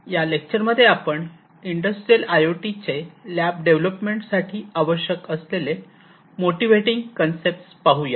या लेक्चर मध्ये आपण इंडस्ट्रियल आय ओ टी चे लॅब डेव्हलपमेंट साठी आवश्यक असलेले मोटीव्हेटिंग कन्सेप्ट पाहूया